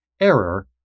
Error